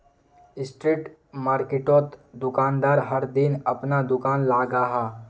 street मार्किटोत दुकानदार हर दिन अपना दूकान लगाहा